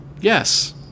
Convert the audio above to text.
Yes